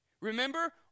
Remember